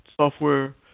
software